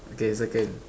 okay it's okay